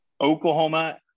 Oklahoma –